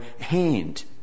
hand